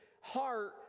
heart